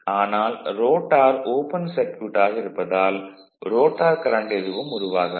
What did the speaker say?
ஆனால் rotor open சர்க்யூட்டாக இருப்பதால் ரோட்டார் கரண்ட் எதுவும் உருவாகாது